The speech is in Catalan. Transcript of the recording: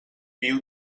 viu